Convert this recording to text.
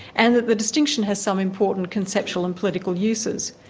and that the distinction has some important conceptual and political uses.